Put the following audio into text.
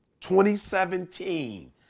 2017